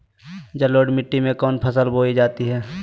जलोढ़ मिट्टी में कौन फसल बोई जाती हैं?